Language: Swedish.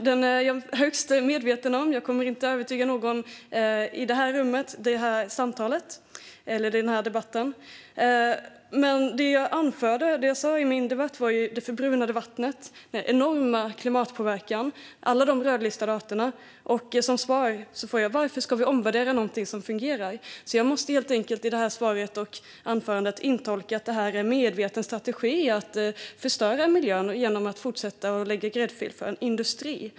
Den är jag högst medveten om. Jag kommer inte att övertyga någon i det här rummet, i den här debatten. Det jag tog upp i mitt anförande var det förbrunade vattnet, den enorma påverkan på klimatet och alla de rödlistade arterna. Som svar får jag en fråga om varför vi ska omvärdera något som fungerar. Jag tolkar in i det här anförandet att det är fråga om en medveten strategi att förstöra miljön genom att fortsätta att skapa en gräddfil för industrin.